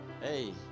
Hey